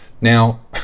Now